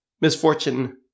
misfortune